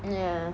ya